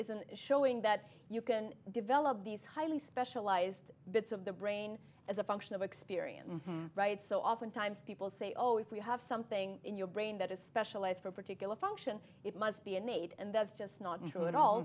isn't showing that you can develop these highly specialized bits of the brain as a function of experience right so oftentimes people say oh if we have something in your brain that is specialized for a particular function it must be innate and that's just not true at all